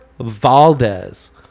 Valdez